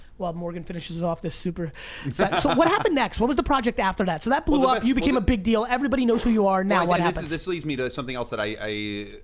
while morgan finishes off this super, so what happened next, what was the project after that? so that blew up, you became a big deal, everybody knows who you are, now what happens? this leads me to something else that i,